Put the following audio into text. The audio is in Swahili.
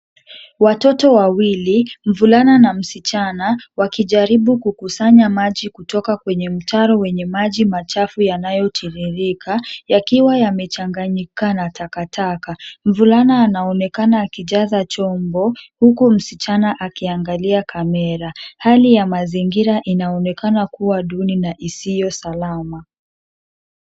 Watoto wawili mvulana na msichana wakijaribu kukusanya maji kutoka kwenye mtaro wenye maji machafu yanayotiririka yakiwa yamechanganyika na takataka. Mvulana anaonekana akijaza chombo huku msichana akiangalia kamera. Hali ya mazingira inaonekana kuwa duni na isiyo salama.